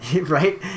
right